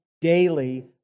daily